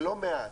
ולא מעט.